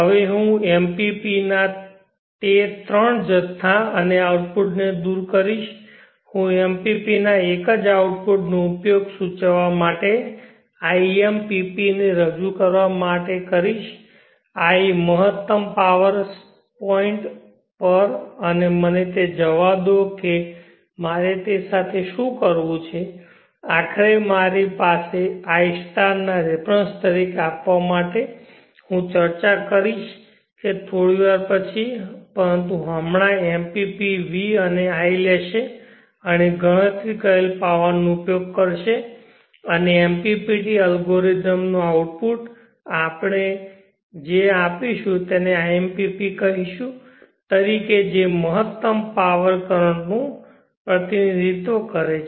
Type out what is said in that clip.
હવે હું MPP ના તે ત્રણ જથ્થા અને આઉટપુટને દૂર કરીશ હું MPP ના એક જ આઉટપુટનો ઉપયોગ સૂચવવા માટે impp ને રજૂ કરવા માટે કરીશ i મહત્તમ પાવર પોઇન્ટ પર અને મને તે જોવા દો કે મારે તે સાથે શું કરવું છે આખરે મારી પાસે તેને i ના રિફેરન્સ તરીકે આપવા માટે હું ચર્ચા કરીશ કે થોડી વાર પછી પરંતુ હમણાં MPP vઅને i લેશે અને ગણતરી કરેલી પાવર નો ઉપયોગ કરશે અને MPPT અલ્ગોરિધમનો આઉટપુટ આપશે જેને આપણે impp કહીશું તરીકે જે મહત્તમ પાવર પર કરંટ નું પ્રતિનિધિત્વ કરે છે